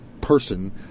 person